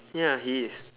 ya he is